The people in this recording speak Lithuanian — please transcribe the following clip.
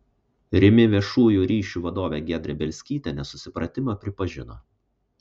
rimi viešųjų ryšių vadovė giedrė bielskytė nesusipratimą pripažino